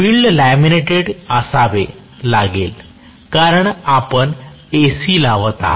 फील्डल laminated असावे लागेल कारण आपण AC लावत आहात